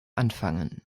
anfangen